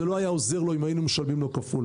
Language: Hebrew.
זה לא היה עוזר לו אם היינו משלמים לו כפול.